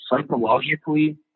psychologically